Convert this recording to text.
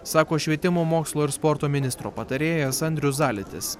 sako švietimo mokslo ir sporto ministro patarėjas andrius zalitis